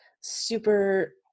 super